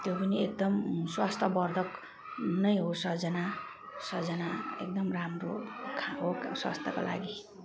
त्यो पनि एकदम स्वस्थवर्धक नै हो सजना सजना एकदम राम्रो हो खाएको स्वास्थ्यको लागि